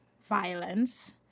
violence